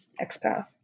XPath